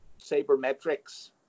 Sabermetrics